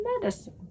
medicine